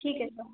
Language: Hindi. ठीक है सर